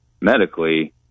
medically